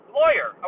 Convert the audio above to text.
lawyer